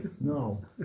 No